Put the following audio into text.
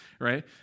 Right